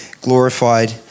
glorified